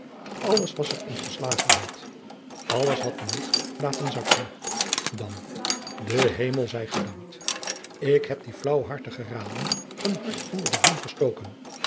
alles was er in verslagenheid alles had den moed laten zakken dan de hemel zij gedankt ik heb dien flaauwhartigen raden een hart onder den riem gestoken